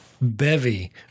bevy